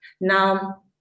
Now